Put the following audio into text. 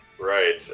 Right